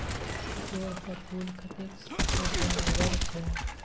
चिचोढ़ क फूल कतेक सेहनगर छै